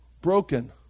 broken